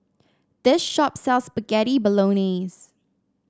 this shop sells Spaghetti Bolognese